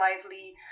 lively